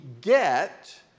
get